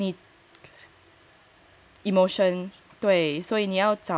emotion 对所以你要找